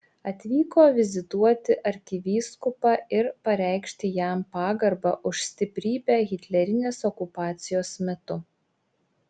atvyko vizituoti arkivyskupą ir pareikšti jam pagarbą už stiprybę hitlerinės okupacijos metu